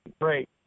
great